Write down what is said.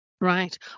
Right